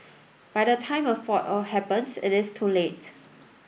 by the time a fault happens it is too late